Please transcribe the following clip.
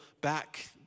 back